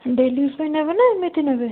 daily use ପାଇଁ ନେବେ ନା ଏମିତି ନେବେ